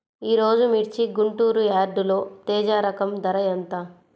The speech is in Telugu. ఈరోజు మిర్చి గుంటూరు యార్డులో తేజ రకం ధర ఎంత?